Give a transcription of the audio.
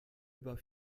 über